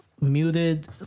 muted